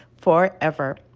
forever